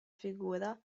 figura